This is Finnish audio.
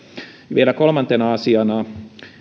vielä kolmantena asiana